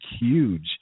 huge